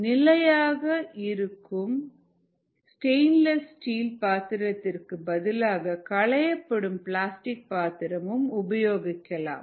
நிலையாக இருக்கும்ஸ்டெயின்லெஸ் ஸ்டீல் பாத்திரத்திற்கு பதிலாக களையப்படும் பிளாஸ்டிக் பாத்திரம் உபயோகிக்கலாம்